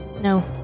No